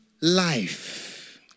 life